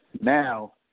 now